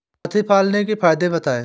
हाथी पालने के फायदे बताए?